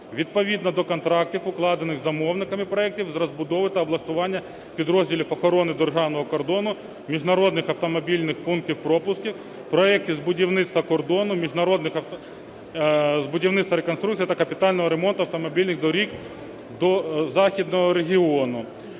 відповідно до контрактів, укладених замовниками проектів з розбудови та облаштування підрозділів охорони державного кордону, міжнародних автомобільних пунктів пропуску, проектів з будівництва кордону, з будівництва, реконструкції та капітального ремонту автомобільних доріг до Західного регіону.